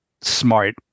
smart